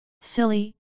Silly